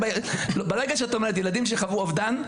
ברגע את אומרת ילדים שחוו אובדן,